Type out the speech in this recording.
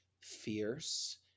fierce